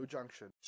Junction